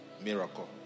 miracle